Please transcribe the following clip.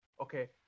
okay